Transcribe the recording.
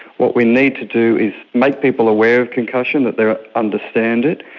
what we need to do is make people aware of concussion, that they understand it.